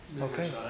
Okay